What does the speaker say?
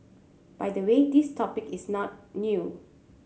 by the way this topic is not new